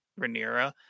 Rhaenyra